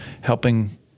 helping